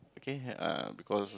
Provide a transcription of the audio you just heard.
okay uh because